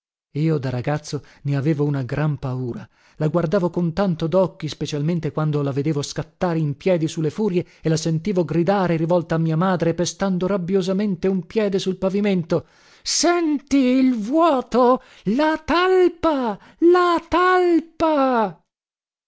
io da ragazzo ne avevo una gran paura la guardavo con tanto docchi specialmente quando la vedevo scattare in piedi su le furie e le sentivo gridare rivolta a mia madre e pestando rabbiosamente un piede sul pavimento senti il vuoto la talpa la talpa